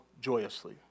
joyously